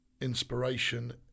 inspiration